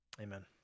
amen